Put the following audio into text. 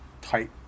tight